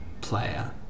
player